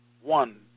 One